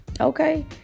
Okay